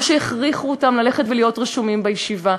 או שהכריחו אותם ללכת ולהיות רשומים בישיבה.